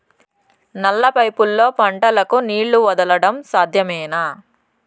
నల్ల పైపుల్లో పంటలకు నీళ్లు వదలడం సాధ్యమేనా?